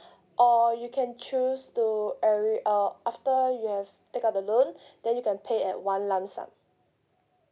or you can choose to every uh after you have take up the loan then you can pay at one lump sum